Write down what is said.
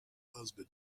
husband